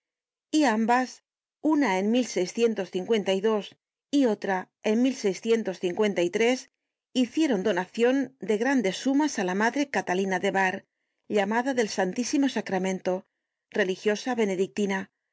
y ambas una en y otra en hicieron donacion de grandes sumas á la madre catalina de bar llamada del santísimo sacramento religiosa benedictina